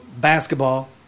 basketball